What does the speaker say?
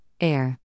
Air